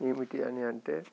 ఏమిటి అని అంటే